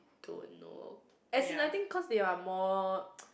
don't know as in like I think